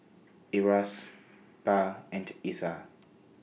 IRAS Pa and Isa